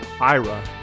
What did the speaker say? IRA